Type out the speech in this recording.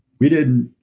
we didn't,